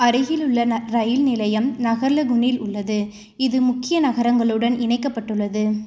அருகிலுள்ள ரயில் நிலையம் நஹர்லகுனில் உள்ளது இது முக்கிய நகரங்களுடன் இணைக்கப்பட்டுள்ளது